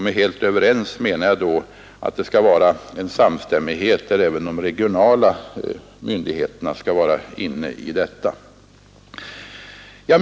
Med ”helt överens” menar jag då att det skall vara en samstämmighet även vad beträffar de regionala myndigheterna.